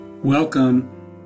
Welcome